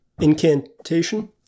incantation